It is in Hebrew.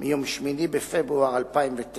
מיום 8 בפברואר 2009,